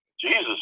Jesus